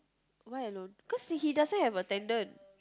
why alone cause he he doesn't have attendant